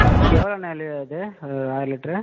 எ எவ்வளோண்ண லி இது லிட்ரு